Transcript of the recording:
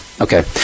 Okay